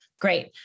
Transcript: Great